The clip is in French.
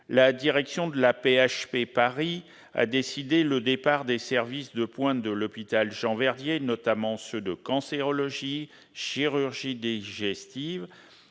la direction de l'AP-HP a décidé le départ des services de pointe de l'hôpital Jean-Verdier, notamment ceux de cancérologie et de chirurgie digestive.